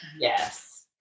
Yes